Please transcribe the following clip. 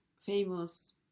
famous